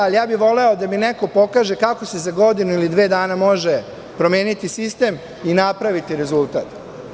Ja bih voleo da mi neko pokaže kako se za godinu ili dve dana može promeniti sistem i napraviti rezultat?